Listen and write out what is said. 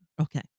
Okay